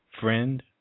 friend